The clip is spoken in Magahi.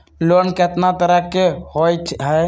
लोन केतना तरह के होअ हई?